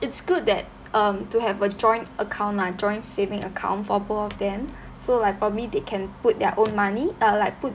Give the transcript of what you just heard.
it's good that um to have a joint account lah joint saving account for both of them so like probably they can put their own money uh like put